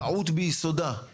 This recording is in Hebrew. אפשר בעצם להשבית רכבים כאלה.